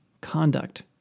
conduct